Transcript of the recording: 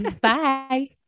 Bye